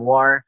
War